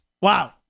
Wow